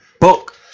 book